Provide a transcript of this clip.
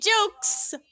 jokes